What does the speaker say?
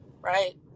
right